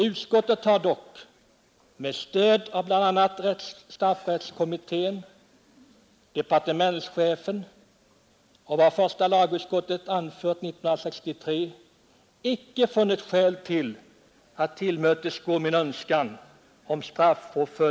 Utskottet har dock med stöd av bl.a. straffrättskommittén, departementschefen och vad första lagutskottet anfört 1963 icke funnit skäl att tillmötesgå min önskan.